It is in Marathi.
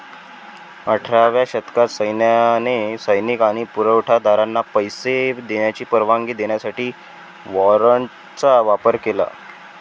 अठराव्या शतकात सैन्याने सैनिक आणि पुरवठा दारांना पैसे देण्याची परवानगी देण्यासाठी वॉरंटचा वापर केला